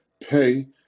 pay